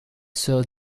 sœur